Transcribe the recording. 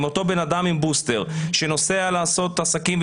אם אותו בן אדם עם בוסטר שנוסע לעשות עסקים,